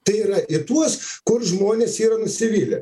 tai yra į tuos kur žmonės yra nusivylę